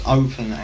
open